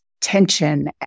tension